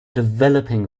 developing